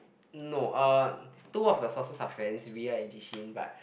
no uh two of the sources are friends Ria and Ji Xin but